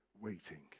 waiting